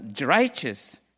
righteous